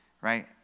right